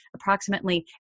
approximately